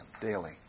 daily